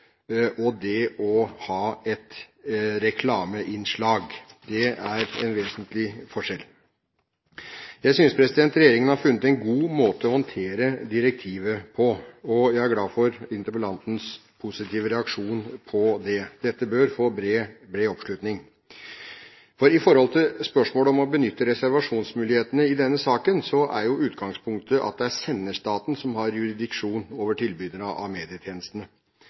og det å ha et reklameinnslag. Det er en vesentlig forskjell. Jeg synes regjeringen har funnet en god måte å håndtere direktivet på, og jeg er glad for interpellantens positive reaksjon på det. Dette bør få bred oppslutning. Når det gjelder spørsmålet om å benytte reservasjonsmulighetene i denne saken, er jo utgangspunktet at det er senderstaten som har jurisdiksjon over tilbyderne av medietjenestene.